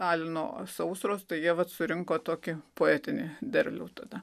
alino sausros tai jie vat surinko tokį poetinį derlių tada